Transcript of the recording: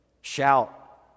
Shout